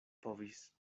povis